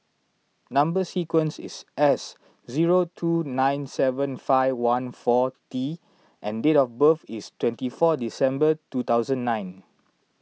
Number Sequence is S zero two nine seven five one four T and date of birth is twenty four December two thousand nine